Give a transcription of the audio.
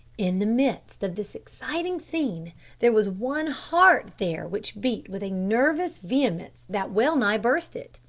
in the midst of this exciting scene there was one heart there which beat with a nervous vehemence that well-nigh burst it.